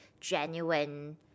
genuine